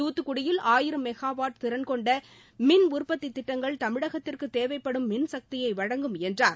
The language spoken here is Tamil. துத்துக்குடியில் ஆயிரம் மெகா வாட் திறன் கொண்ட மின் உற்பத்தி திட்டங்கள் தமிழகத்திற்கு தேவைப்படும் மின் சக்தியை வழங்கும் என்றார்